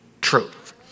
truth